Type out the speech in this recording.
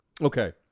okay